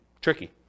tricky